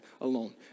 alone